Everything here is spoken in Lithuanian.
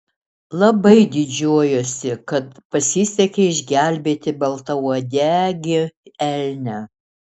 labai didžiuojuosi kad pasisekė išgelbėti baltauodegį elnią